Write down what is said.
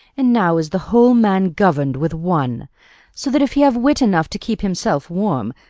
and now is the whole man governed with one! so that if he have wit enough to keep himself warm,